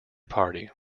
party